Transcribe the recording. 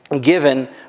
given